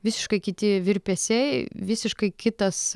visiškai kiti virpesiai visiškai kitas